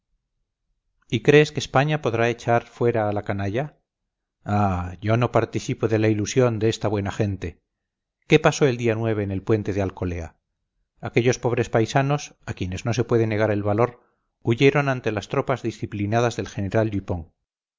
y crees que españa podrá echar fuera a la canalla ah yo no participo de la ilusión de esta buena gente qué pasó el día en el puente de alcolea aquellos pobres paisanos a quienes no se puede negar el valor huyeron ante las tropas disciplinadas del general